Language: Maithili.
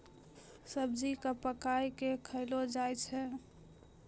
सब्जी क पकाय कॅ खयलो जाय छै